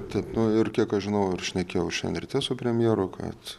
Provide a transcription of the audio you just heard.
taip nu ir kiek aš žinau ir šnekėjau šiandien ryte su premjeru kad